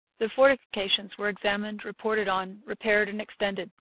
the fortifications were examined, reported on, repaired, and extended.